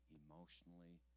emotionally